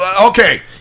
Okay